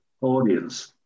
Audience